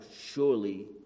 surely